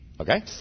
Okay